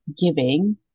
giving